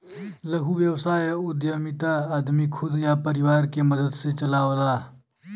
लघु व्यवसाय उद्यमिता आदमी खुद या परिवार के मदद से चलावला